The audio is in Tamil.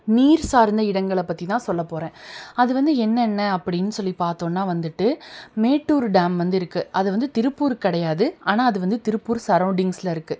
நீர் சார்ந்த இடங்களை பற்றிதான் சொல்லப் போகிறேன் அது வந்து என்னென்ன அப்படின்னு சொல்லி பார்த்தோம்னா வந்துட்டு மேட்டூர் டேம் வந்து இருக்குது அது வந்து திருப்பூர் கிடையாது ஆனால் அது வந்து திருப்பூர் சரவுண்டிங்ஸில் இருக்குது